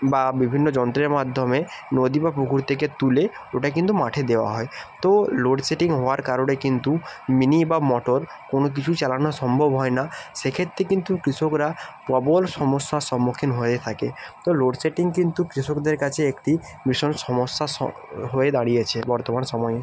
বা বিভিন্ন যন্ত্রের মাধ্যমে নদী বা পুকুর থেকে তুলে ওটা কিন্তু মাঠে দেওয়া হয় তো লোডসেডিং হওয়ার কারণে কিন্তু মিনি বা মটর কোনো কিছু চালানো সম্ভব হয় না সেক্ষেত্রে কিন্তু কৃষকরা প্রবল সমস্যার সম্মুখীন হয়ে থাকে তো লোডসেডিং কিন্তু কৃষকদের কাছে একটি ভীষণ সমস্যা হয়ে দাঁড়িয়েছে বর্তমান সময়ে